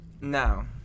now